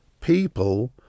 people